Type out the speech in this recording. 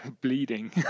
bleeding